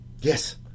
Yes